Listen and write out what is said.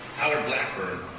howard blackburn,